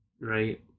Right